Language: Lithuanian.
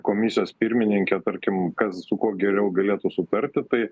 komisijos pirmininkė tarkim kas su kuo geriau galėtų sutarti tai